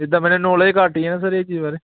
ਜਿੱਦਾਂ ਮੈਨੂੰ ਨੋਲੇਜ ਘੱਟ ਹੀ ਆ ਨਾ ਸਰ ਇਹ ਚੀਜ਼ ਬਾਰੇ